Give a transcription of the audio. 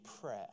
prayer